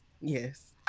Yes